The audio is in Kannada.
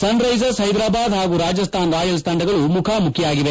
ಸನ್ ರೈಸರ್ಸ ಹೈದರಾಬಾದ್ ಹಾಗೂ ರಾಜಸ್ತಾನ್ ರಾಯಲ್ಲ್ ತಂಡಗಳು ಮುಖಾಮುಖಿಯಾಗಿವೆ